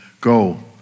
Go